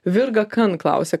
virga kan klausia